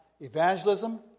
evangelism